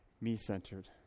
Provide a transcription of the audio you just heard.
me-centered